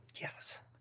Yes